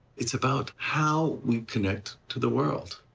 it's about how we connect to the world.